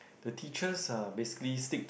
the teachers are basically stick to